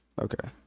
okay